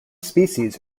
species